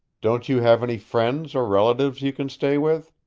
don't you have any friends or relatives you can stay with?